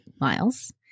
miles